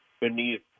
beneath